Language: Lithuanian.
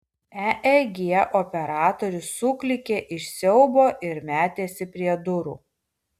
eeg operatorius suklykė iš siaubo ir metėsi prie durų